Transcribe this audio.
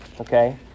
Okay